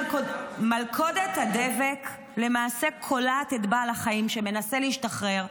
מלכודת הדבק למעשה כולאת את בעל החיים שמנסה להשתחרר,